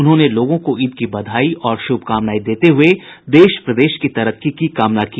उन्होंने लोगों को ईद की बधाई और श्भकामनाएं देते हुए देश प्रदेश की तरक्की की कामना की